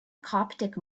coptic